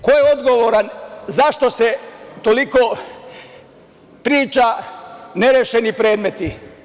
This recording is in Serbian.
Ko je odgovoran, zašto se toliko priča – nerešeni predmeti?